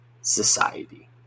society